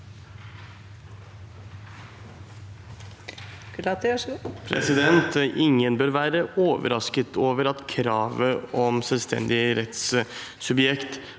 Ingen bør være overrasket over at kravet om selvstendig rettssubjekt